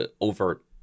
overt